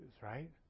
right